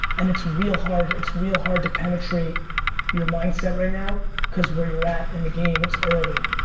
and it's real hard, it's real hard to penetrate your mindset right now cause where you're at in the game, it's early.